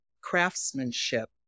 craftsmanship